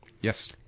Yes